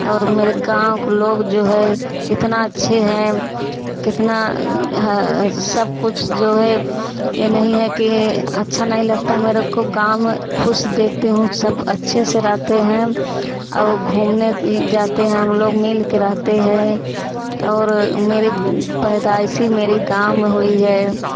और मेरे गाँव के लोग जो है इतना अच्छे हैं कितना है सबकुछ जो है ये नहीं है कि अच्छा नहीं लगता है मेरे को गाँव में खुश दिखते हूँ सब अच्छे से रहते हैं और घूमने जाते हैं हम लोग मिल के रहते हैं और मेरे पैदाइशी मेरे गाँव में हुई है